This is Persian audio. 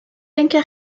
اینکه